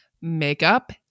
Makeup